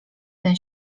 ten